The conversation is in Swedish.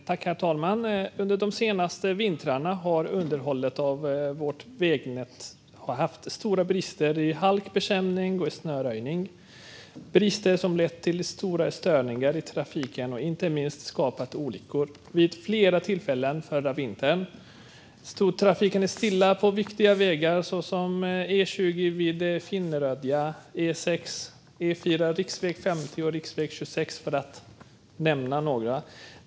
Herr talman! Under de senaste vintrarna har underhållet av vårt vägnät haft stora brister när det gäller halkbekämpning och snöröjning. Bristerna har lett till stora störningar i trafiken och inte minst skapat olyckor. Vid flera tillfällen förra vintern stod trafiken stilla på viktiga vägar såsom E20 vid Finnerödja, E6, E4, riksväg 50 och riksväg 26, för att nämna några.